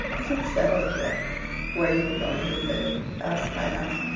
is it settled yet where you are going to live? asked diana,